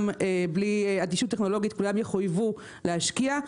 שבלי אדישות טכנולוגית כולם יחויבו להשקיע,